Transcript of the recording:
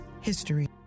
history